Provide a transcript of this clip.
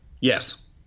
Yes